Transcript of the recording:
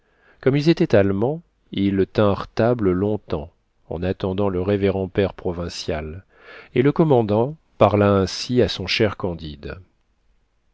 comme ils étaient allemands ils tinrent table long-temps en attendant le révérend père provincial et le commandant parla ainsi à son cher candide